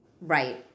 Right